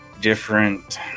different